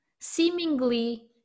seemingly